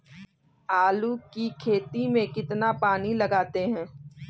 आलू की खेती में कितना पानी लगाते हैं?